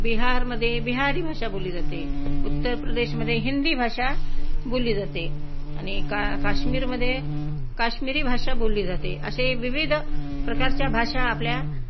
बिहारमध्ये बिहारी भाषा बोलली जाते उत्तर प्रदेशमध्ये हिंदी भाषा बोलली जाते आणि का काश्मीरमध्ये काश्मिरी भाषा बोलली जाते अशा विविध प्रकारच्या भाषा आपल्या